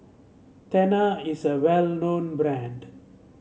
Tena is a well known brand